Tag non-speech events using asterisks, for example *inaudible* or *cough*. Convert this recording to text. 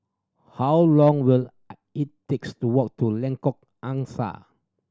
how long will *noise* it takes to walk to Lengkok Angsa